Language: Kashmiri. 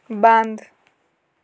بنٛد